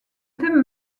thème